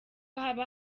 haba